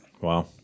Wow